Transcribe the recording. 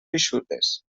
eixutes